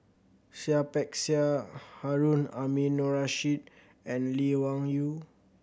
Seah Peck Seah Harun Aminurrashid and Lee Wung Yew